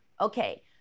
Okay